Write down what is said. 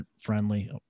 friendly